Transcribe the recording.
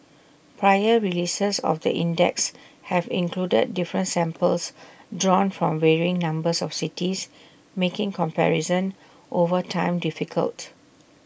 prior releases of the index have included different samples drawn from varying numbers of cities making comparison over time difficult